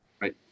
Right